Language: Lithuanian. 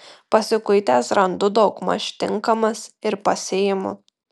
pasikuitęs randu daugmaž tinkamas ir pasiimu